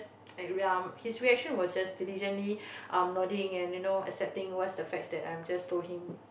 um he's reaction was just diligently um nodding and you know accepting what's the facts that I'm just told him